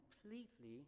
completely